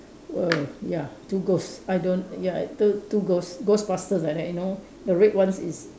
err ya two ghosts I don't ya two two ghosts ghostbusters like that you know the red ones is